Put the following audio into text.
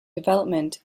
development